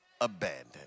abandoned